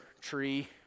tree